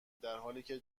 درحالیکه